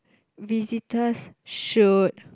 visitors should